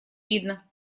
видно